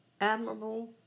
admirable